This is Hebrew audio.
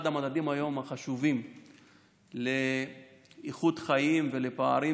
אחד המדדים החשובים היום לאיכות חיים ולפערים